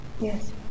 Yes